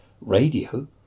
radio